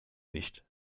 nicht